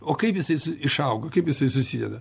o kai jisai išauga kaip jisai susideda